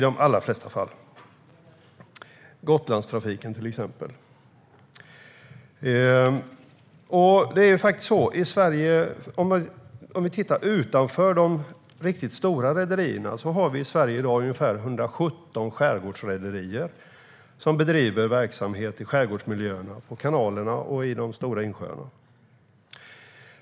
Det gäller till exempel Gotlandstrafiken. Utöver de riktigt stora rederierna i Sverige har vi i Sverige i dag ungefär 117 skärgårdsrederier som bedriver verksamhet i skärgårdsmiljöerna, på kanalerna och i de stora insjöarna.